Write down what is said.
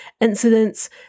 incidents